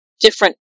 different